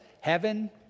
Heaven